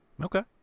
okay